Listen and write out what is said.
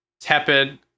tepid